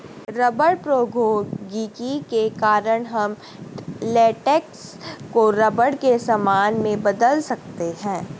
rubber प्रौद्योगिकी के कारण हम लेटेक्स को रबर के सामान में बदल सकते हैं